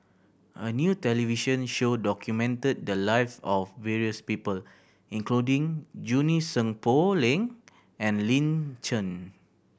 a new television show documented the live of various people including Junie Sng Poh Leng and Lin Chen